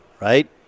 Right